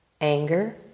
anger